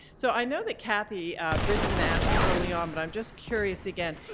so i know that kathy bridson asked early on, but i'm just curious again,